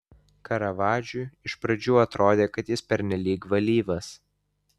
karavadžui iš pradžių atrodė kad jis pernelyg valyvas